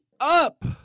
up